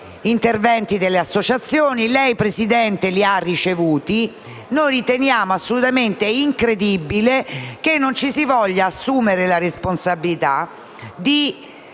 interventi delle associazioni e lei, Presidente, le ha ricevute. Riteniamo assolutamente incredibile che non ci si voglia assumere la responsabilità di